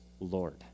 Lord